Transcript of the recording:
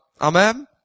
Amen